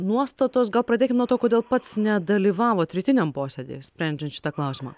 nuostatos gal pradėkim nuo to kodėl pats nedalyvavot rytiniam posėdyje sprendžiant šitą klausimą